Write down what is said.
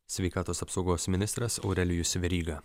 sveikatos apsaugos ministras aurelijus veryga